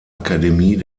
akademie